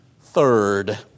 Third